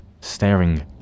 staring